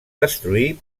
destruir